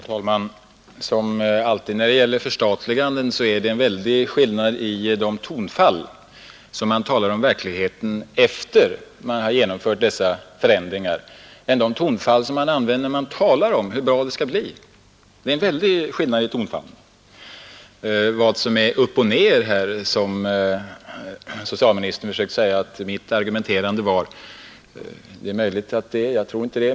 Herr talman! Som alltid när det gäller förstatligande är det en väldig skillnad i tonfall då man talar om verkligheten efter det man har genomfört dessa förändringar och de tonfall man använder när man talar om hur bra det skall bli. Socialministern försöker göra gällande att mitt argumenterande här var upp och ned. Det är möjligt att han har rätt, men jag tror inte det.